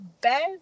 best